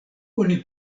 oni